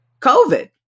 COVID